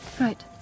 Right